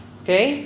okay